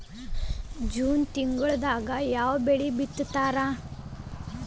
June ತಿಂಗಳದಾಗ ಯಾವ ಬೆಳಿ ಬಿತ್ತತಾರ?